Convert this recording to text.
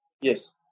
Yes